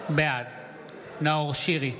בעד נאור שירי,